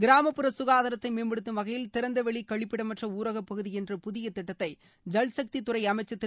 கிராமப்புற சுகாதாரத்தை மேம்படுத்தும் வகையில் திறந்தவெளிக் கழிப்பிடமற்ற ஊரகப் பசூதி என்ற புதிய திட்டத்தை ஜல்சக்தித் துறை அமைச்சர் திரு